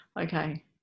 Okay